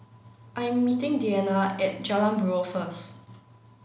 I am meeting Deana at Jalan Buroh first